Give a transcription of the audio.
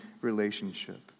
relationship